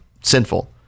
sinful